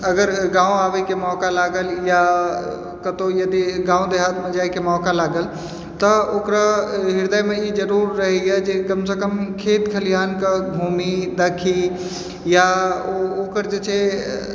अगर गाँव आबैके मौका लागल या कतौ यदि गाँव देहातमे जाइके मौका लागल तऽ ओकरा हृदयमे ई जरूर रहैए जे कम सँ कम खेत खलिहानकेँ घुमि देखि या ओकर जे छै